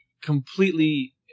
completely